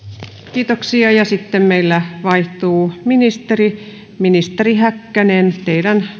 kiitoksia sitten meillä vaihtuu ministeri ministeri häkkänen teidän